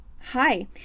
Hi